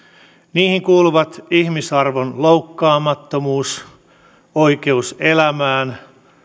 niihin kuuluvat ihmisarvon loukkaamattomuus oikeus elämään